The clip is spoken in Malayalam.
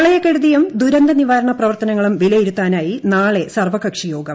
പ്രളയക്കെടുതിയും ദുരന്ത നിവാരണ പ്രവർത്തനങ്ങളും ന് വിലയിരുത്താനായി നാളെ സർവ്വകക്ഷിയോഗം